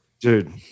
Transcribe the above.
Dude